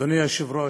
אדוני היושב-ראש,